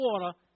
water